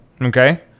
Okay